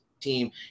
team